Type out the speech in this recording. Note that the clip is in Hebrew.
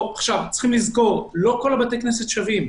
צריכים לזכור, שלא כל בתי הכנסת שווים.